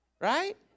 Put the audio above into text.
Right